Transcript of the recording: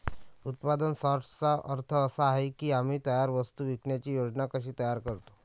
उत्पादन सॉर्टर्सचा अर्थ असा आहे की आम्ही तयार वस्तू विकण्याची योजना कशी तयार करतो